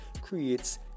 creates